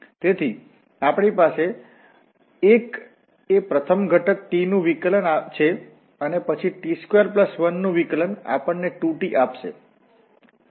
તેથી આપણી પાસે 1 એ પ્રથમ ઘટક t નુ વિકલન છે અને પછી t21 નુ વિકલન આપણને 2t આપશે